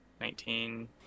Nineteen